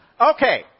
Okay